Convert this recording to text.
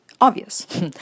obvious